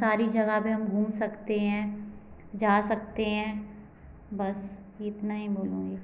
सारी जगहों पर हम घूम सकते हैं जा सकते हैं बस इतना ही बोलूँगी